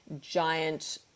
giant